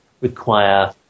require